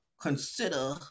consider